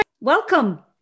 welcome